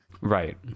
Right